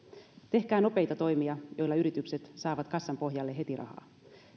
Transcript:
tehkää nopeita toimia joilla yritykset saavat kassan pohjalle heti rahaa